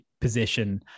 position